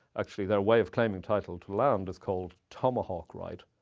actually, their way of claiming title to land is called tomahawk right.